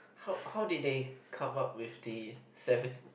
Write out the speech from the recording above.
ho~ how did they come up with the seven